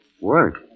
Work